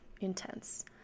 intense